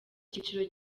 cyiciro